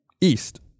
east